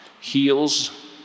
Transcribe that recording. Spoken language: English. heals